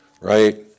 right